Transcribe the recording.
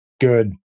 good